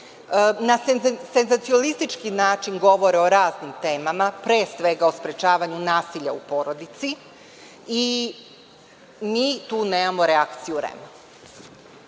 na senzacionalistički način govore o raznim temama, pre svega o sprečavanju nasilja u porodici, i mi tu nemamo reakciju REM-a.